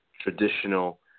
traditional